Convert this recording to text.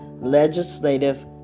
legislative